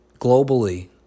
globally